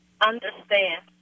understand